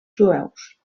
jueus